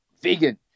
vegan